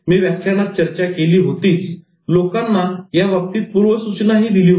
मी व्याख्यानात चर्चा केली होतीच लोकांना याबाबतीत पूर्वसूचना ही दिली होती